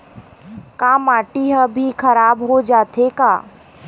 का माटी ह भी खराब हो जाथे का?